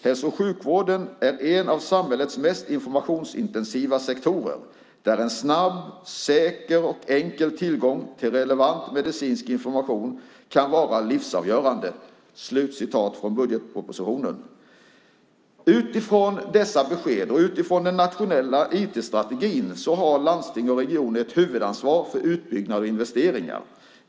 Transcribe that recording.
Hälso och sjukvården är en av samhällets mest informationsintensiva sektorer, där en snabb, säker och enkel tillgång till relevant medicinsk information kan vara livsavgörande." Utifrån dessa besked och utifrån den nationella IT-strategin har landsting och regioner ett huvudansvar för utbyggnad och investeringar.